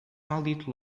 maldito